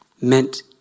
meant